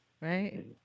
right